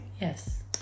yes